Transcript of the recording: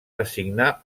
designar